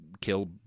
killed